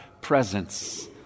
presence